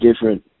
different